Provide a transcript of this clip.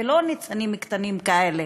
ולא ניצנים קטנים כאלה.